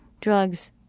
drugs